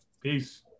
Peace